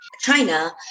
China